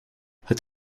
het